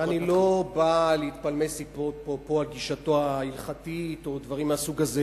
אני לא בא להתפלמס פה על גישתו ההלכתית או דברים מהסוג הזה,